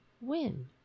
win